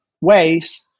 ways